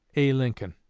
a. lincoln.